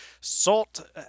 salt